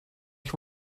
ich